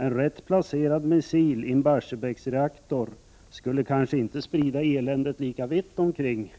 En rätt placerad missil i Barsebäcksreaktorn skulle kanske inte sprida eländet lika vitt omkring